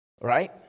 right